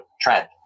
trend